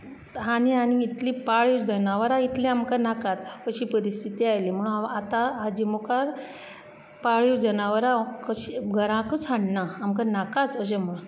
आनी आनी इतली पाळीव जनावरां इतली आमकां नाकात अशीं परीस्थिती आयली म्हण हांव आतां हाजे मुखार पाळीव जनावरां हांव कशीं घरांकच हाडना आमकां नाकात अशें म्हूण